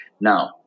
Now